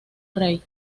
rey